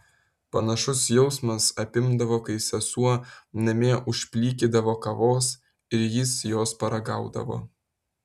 panašus jausmas apimdavo kai sesuo namie užplikydavo kavos ir jis jos paragaudavo